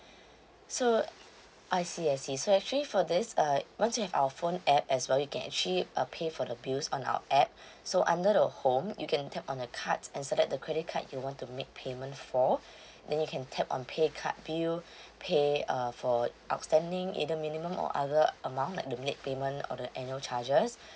so I see I see so actually for this uh once you have our phone app as well you can actually uh pay for the bills on our app so under the home you can tap on the cards and select the credit card you want to make payment for then you can tap on pay card bill pay uh for outstanding either minimum or other amount like the late payment or the annual charges